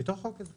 בתוך החוק הזה.